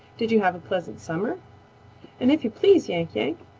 did you have a pleasant summer? and if you please, yank-yank,